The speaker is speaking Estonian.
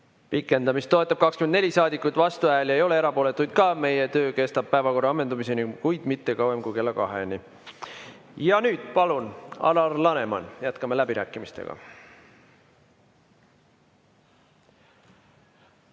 Pikendamist toetab 24 saadikut, vastuhääli ei ole, erapooletuid ka mitte. Meie töö kestab päevakorra ammendumiseni, kuid mitte kauem kui kella kaheni. Ja nüüd palun, Alar Laneman! Jätkame läbirääkimistega.